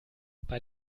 bei